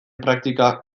praktika